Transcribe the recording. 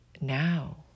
now